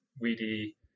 weedy